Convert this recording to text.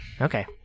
Okay